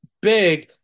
big